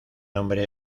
nombre